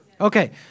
Okay